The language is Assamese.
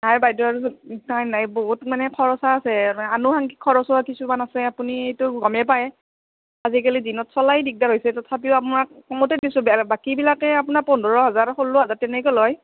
নাই বাইদ' নাই নাই বহুত মানে খৰচা আছে আনুষংগিক খৰচো কিছুমান আছে আপুনিতো গমে পায় আজিকালি দিনত চলাই দিগদাৰ হৈছে তথাপিও আপোনাক কমতে দিছোঁ বাকীবিলাকে আপোনাৰ পোন্ধৰ হাজাৰ ষোল্ল হাজাৰ তেনেকৈ লয়